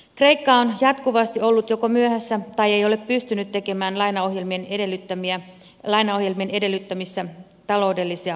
kreikka on jatkuvasti joko ollut myöhässä tai ei ole pystynyt tekemään lainaohjelmien edellyttämiä taloudellisia uudistuksia